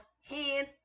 hand